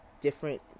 different